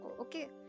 okay